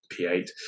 P8